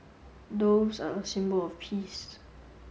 doves are a symbol of peace